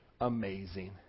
amazing